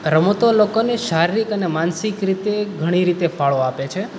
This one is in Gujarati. રમતો લોકોને શારીરિક અને માનસિક રીતે ઘણી રીતે ફાળો આપે છે